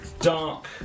dark